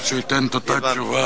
אני סומך עליו שהוא ייתן את אותה תשובה.